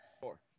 Four